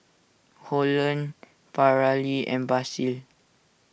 Holland Paralee and Basil